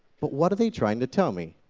but what are they trying to tell me?